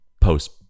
Post